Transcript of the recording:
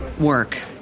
work